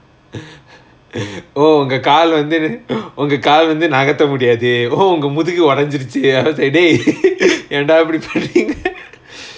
oh ஒங்க கால் வந்து ஒங்க கால் வந்து நகத முடியாது:onga kaal vanthu onga kaal vanthu nakatha mudiyaathu oh ஒங்க முதுகு ஒடஞ்சிடிச்சு அத செய்:onga muthugu odanjidichu atha sei dey ஏண்டா இப்புடி பண்றிங்க:yaendaa ippudi panndringa